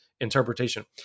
interpretation